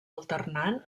alternant